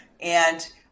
And-